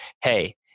Hey